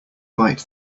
bite